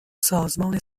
سازمان